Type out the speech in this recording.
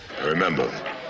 Remember